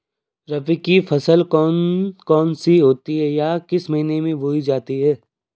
रबी की फसल कौन कौन सी होती हैं या किस महीने में बोई जाती हैं?